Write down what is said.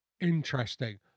interesting